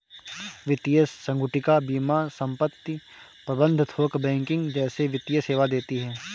वित्तीय संगुटिका बीमा संपत्ति प्रबंध थोक बैंकिंग जैसे वित्तीय सेवा देती हैं